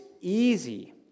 easy